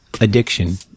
addiction